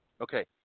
Okay